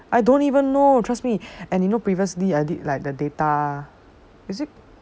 I don't even know trust me and you know previously I did like the data is it